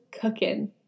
cooking